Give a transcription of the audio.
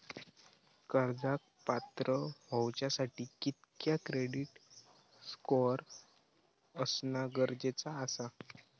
कर्जाक पात्र होवच्यासाठी कितक्या क्रेडिट स्कोअर असणा गरजेचा आसा?